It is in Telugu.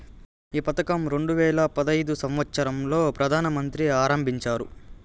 ఈ పథకం రెండు వేల పడైదు సంవచ్చరం లో ప్రధాన మంత్రి ఆరంభించారు